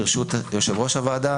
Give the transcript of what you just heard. ברשות יושב-ראש הוועדה,